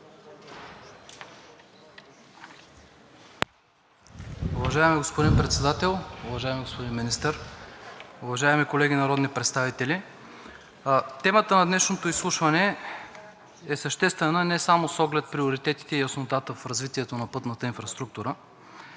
Уважаеми господин Председател, уважаеми господин Министър, уважаеми колеги народни представители! Темата на днешното изслушване е съществена не само с оглед приоритетите и яснотата в развитието на пътната инфраструктура,